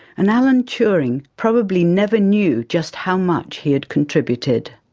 and alan turing probably never knew just how much he had contributed.